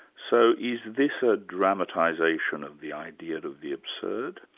so is this a dramatisation of the idea of the absurd?